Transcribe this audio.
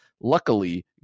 Luckily